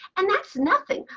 and that's nothing.